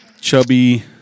chubby